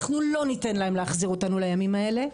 אנחנו לא ניתן להן להחזיר אותנו לימים האלה,